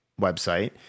website